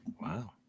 wow